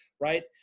right